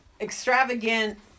extravagant